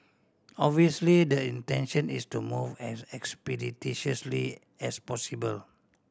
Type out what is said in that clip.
obviously the intention is to move as expeditiously as possible